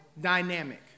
dynamic